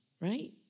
right